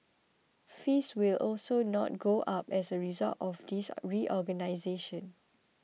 fees will also not go up as a result of this are reorganisation